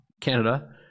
Canada